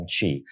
Chi